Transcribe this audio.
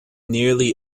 nearly